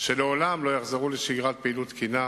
שלעולם לא יחזרו לשגרת פעילות תקינה,